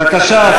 בבקשה,